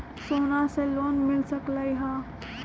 सोना से लोन मिल सकलई ह?